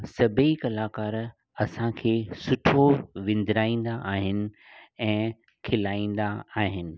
सभई कलाकार असांखे सुठो विंद्राईंदा आहिनि ऐं खिलाईंदा आहिनि